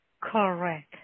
Correct